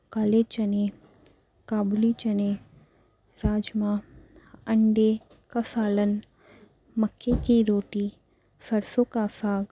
کالے چنے کابلی چنے راجما انڈے کا سالن مکے کی روٹی سرسوں کا ساگ